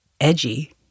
edgy